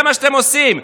זה מה שאתם עושים,